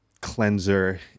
cleanser